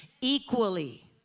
equally